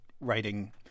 writing